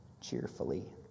cheerfully